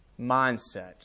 mindset